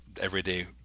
everyday